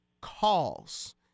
calls—